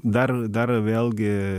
dar dar vėlgi